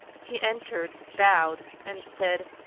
he entered, bowed, and said,